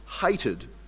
hated